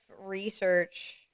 research